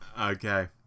Okay